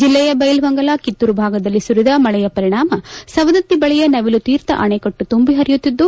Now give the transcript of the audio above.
ಜಲ್ಲೆಯ ದೈಲಹೊಂಗಲ ಕಿತ್ತೂರು ಭಾಗದಲ್ಲಿ ಸುರಿದ ಮಳೆಯ ಪರಿಣಾಮ ಸವದತ್ತಿ ಬಳಿಯ ನವಿಲುತೀರ್ಥ ಅಣೆಕಟ್ಟು ತುಂಬಿ ಪರಿಯುತ್ತಿದ್ದು